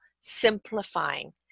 simplifying